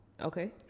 Okay